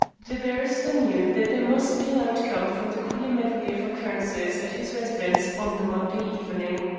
the barrister knew that there must be an outcome from the queer medley of occurrences at his residence on the monday evening.